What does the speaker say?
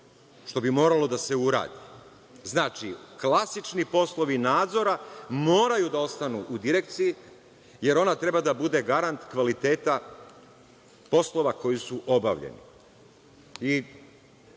što bi moralo da se uradi. Znači, klasični poslovi nadzora moraju da ostanu u direkciji, jer ona treba da bude garant kvaliteta poslova koji su